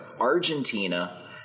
Argentina